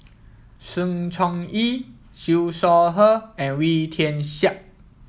Sng Choon Yee Siew Shaw Her and Wee Tian Siak